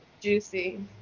Juicy